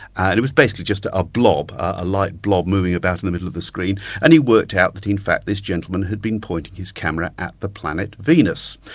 and it was basically just a blob, a light blob moving about in the middle of the screen, and he worked out that in fact this gentleman had been pointing his camera at the planet venus.